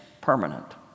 permanent